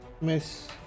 Miss